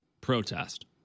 protest